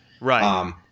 Right